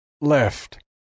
left